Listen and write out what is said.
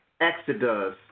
Exodus